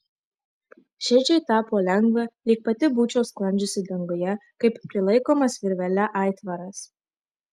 širdžiai tapo lengva lyg pati būčiau sklandžiusi danguje kaip prilaikomas virvele aitvaras